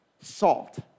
salt